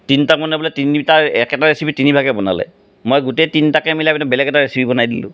তিনিটামানে বোলে তিনিটাৰ একেটা ৰেচিপি তিনিবাৰকৈ বনালে মই গোটেই তিনিটাকে মিলাই পিনে বেলেগ এটা ৰেচিপি বনাই দিলোঁ